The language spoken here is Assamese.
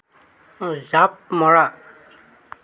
জাঁপ মৰা